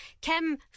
Kim